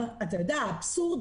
אתה יודע, האבסורד